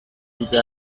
dute